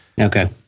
okay